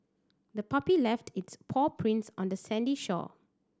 the puppy left its paw prints on the sandy shore